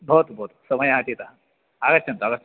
भवतु भवतु समयः अतीतः आगच्छन्तु आगच्छन्तु